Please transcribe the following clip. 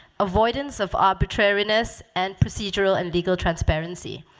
avoidance of arbitrariness and procedural and legal transparency.